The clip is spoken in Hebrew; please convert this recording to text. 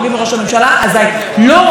לפני חצי שנה אנחנו עסקנו פה,